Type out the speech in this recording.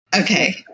Okay